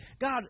God